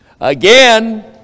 Again